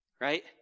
right